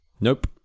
Nope